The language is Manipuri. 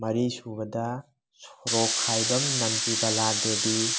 ꯃꯔꯤꯁꯨꯕꯗ ꯁꯣꯔꯣꯈꯥꯏꯕꯝ ꯅꯟꯗꯤꯕꯂꯥ ꯗꯦꯕꯤ